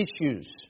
issues